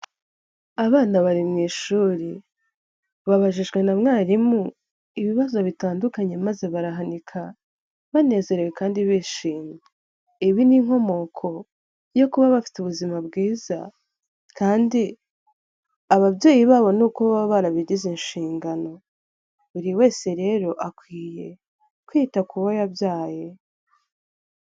Abana bari mu ishuri, babajijwe na mwarimu ibibazo bitandukanye maze barahanika, banezerewe kandi bishimye. Ibi ni inkomoko yo kuba bafite ubuzima bwiza kandi ababyeyi babo ni uko baba barabigize inshingano. Buri wese rero akwiye kwita ku bo yabyaye.